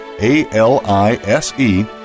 A-L-I-S-E